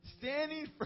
Standing